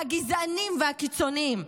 הגזענים והקיצוניים.